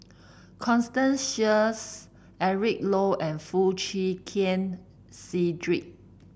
Constance Sheares Eric Low and Foo Chee Keng Cedric